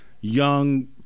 young